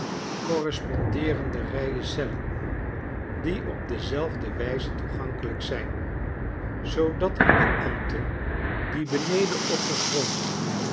respondeerende rijen cellen die op dezelfde wijze toegankelijk zijn zoodat een beambte die beneden op den grond